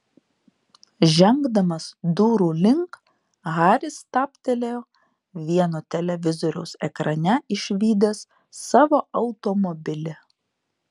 žengdamas durų link haris stabtelėjo vieno televizoriaus ekrane išvydęs savo automobilį